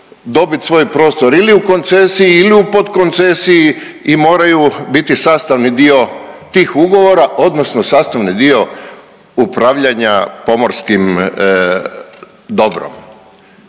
dobiti svoj prostor ili u koncesiji ili u podkoncesiji i moraju biti sastavni dio tih ugovora, odnosno sastavni dio upravljanja pomorskim dobrom.